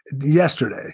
Yesterday